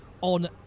on